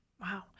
Wow